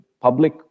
public